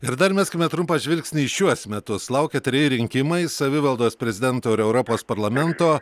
ir dar meskime trumpą žvilgsnį į šiuos metus laukia treji rinkimai savivaldos prezidento ir europos parlamento